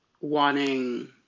wanting